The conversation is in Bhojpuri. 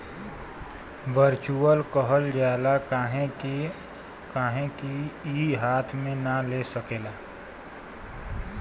वर्चुअल कहल जाला काहे कि ई हाथ मे ना ले सकेला